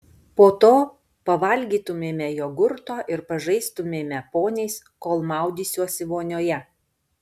po to pavalgytumėme jogurto ir pažaistumėme poniais kol maudysiuosi vonioje